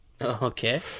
Okay